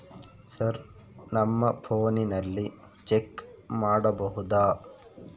Sir ನಮ್ಮ ಫೋನಿನಲ್ಲಿ check ಮಾಡಬಹುದಾ?